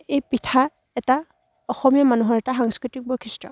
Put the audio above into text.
এই পিঠা এটা অসমীয়া মানুহৰ এটা সাংস্কৃতিক বৈশিষ্ট্য